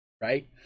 right